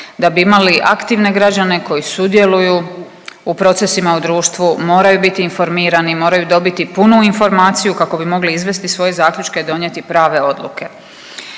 da bi imali aktivne građane koji sudjeluju u procesima u društvu, moraju biti informirani, moraju dobiti punu informaciju kako bi mogli izvesti svoje zaključke i donijeti prave odluke.